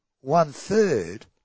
one-third